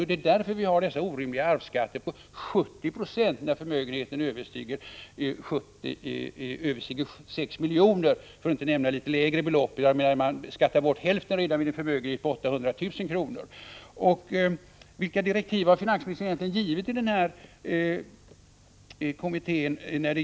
Det är därför vi har dessa orimliga arvsskatter på 70 96 när förmögenheten överstiger 6 miljoner, för att inte nämna litet lägre belopp — man skattar bort hälften redan vid ett arv av en förmögenhet på 800 000 kr. Vilka direktiv har finansministern egentligen givit kommittén?